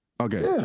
Okay